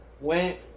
went